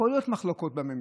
יכולות להיות מחלוקות בממשלה,